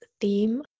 theme